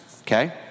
okay